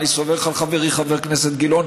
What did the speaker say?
אני סומך על חברי חבר הכנסת גילאון,